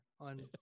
on